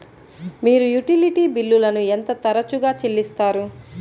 మీరు యుటిలిటీ బిల్లులను ఎంత తరచుగా చెల్లిస్తారు?